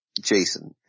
Jason